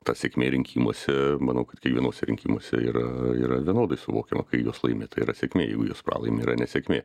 ta sėkmė rinkimuose manau kad kiekvienuose rinkimuose yra yra vienodai suvokiama kai juos laimi tai yra sėkmė jeigu juos pralaimi yra nesėkmė